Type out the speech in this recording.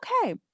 okay